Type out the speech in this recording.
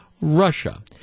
Russia